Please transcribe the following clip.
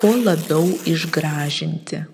kuo labiau išgražinti